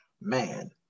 man